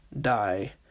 die